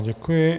Děkuji.